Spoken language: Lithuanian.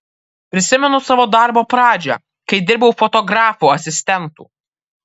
prisimenu savo darbo pradžią kai dirbau fotografų asistentu